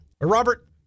Robert